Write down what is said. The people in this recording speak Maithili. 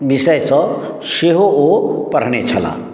विषय सॅं सेहो ओ पढ़ने छलाह